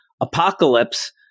Apocalypse